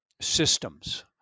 systems